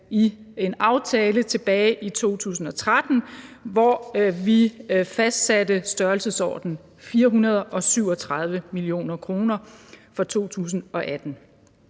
i en aftale tilbage i 2013, hvor vi fastsatte det i størrelsesordenen 437 mio. kr. for 2018.